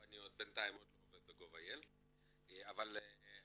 אני עדיין לא עובד ב- GOV.ILאבל אחרי